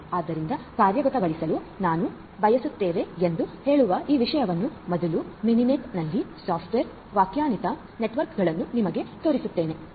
ಆದ್ದರಿಂದಕಾರ್ಯಗತಗೊಳಿಸಲು ನಾವು ಬಯಸುತ್ತೇವೆ ಎಂದು ಹೇಳುವ ಈ ವಿಷಯವನ್ನು ಮೊದಲು ಮಿನಿನೆಟ್ನಲ್ಲಿ ಸಾಫ್ಟ್ವೇರ್ ವ್ಯಾಖ್ಯಾನಿತ ನೆಟ್ವರ್ಕ್ಗಳನ್ನು ನಿಮಗೆ ತೋರಿಸುತ್ತೇನೆ